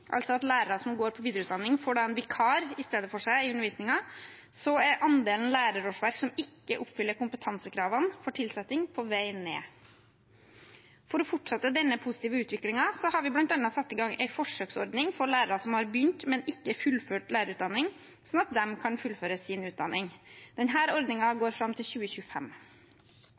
altså at lærere som går på videreutdanning, får en vikar i stedet for seg i undervisningen – er andelen lærerårsverk som ikke oppfyller kompetansekravene for tilsetting, på vei ned. For å fortsette denne positive utviklingen har vi bl.a. satt i gang en forsøksordning for lærere som har begynt på lærerutdanning, men ikke fullført den, slik at de de kan fullføre sin utdanning. Denne ordningen går fram til 2025.